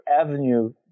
avenue